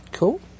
Cool